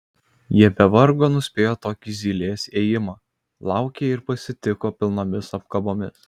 jie be vargo nuspėjo tokį zylės ėjimą laukė ir pasitiko pilnomis apkabomis